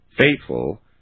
faithful